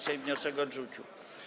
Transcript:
Sejm wniosek odrzucił.